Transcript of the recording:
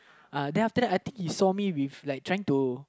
uh then after that I think he saw me with like trying to